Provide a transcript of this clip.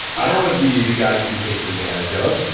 i don't want to be the guy getting taken advantage of.